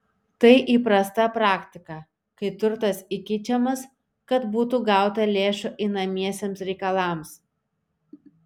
tai įprasta praktika kai turtas įkeičiamas kad būtų gauta lėšų einamiesiems reikalams